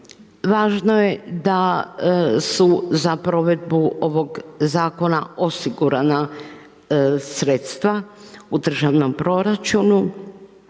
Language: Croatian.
Važno je da su za provedbu ovog zakona osigurana sredstva u državnom proračunu